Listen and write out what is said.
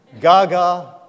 Gaga